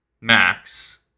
Max